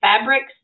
fabrics